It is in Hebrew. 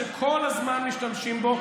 שכל הזמן משתמשים בו,